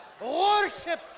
worship